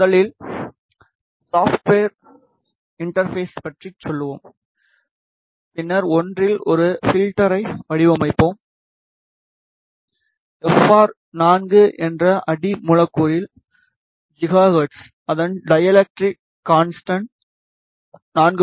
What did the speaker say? முதலில் software interface பற்றிச் சொல்வோம் பின்னர் 1 இல் ஒரு ஃப்ல்டரை வடிவமைப்போம்FR 4 என்ற அடி மூலக்கூறில் GHz அதன் டைஎலக்டிரிக் கான்ஸ்டண் 4